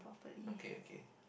okay okay